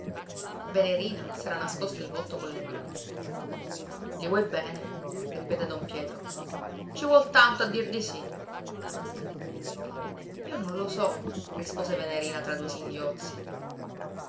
venerina s'era nascosto il volto con le mani gli vuoi bene ripeté don pietro ci vuol tanto a dir di sí io non lo so rispose venerina tra due singhiozzi